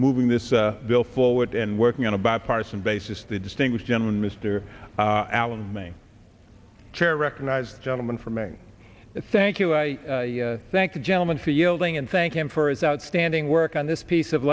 moving this bill forward and working on a bipartisan basis the distinguished gentleman mr allen me chair recognized gentleman from maine thank you i thank the gentleman for yielding and thank him for his outstanding work on this piece of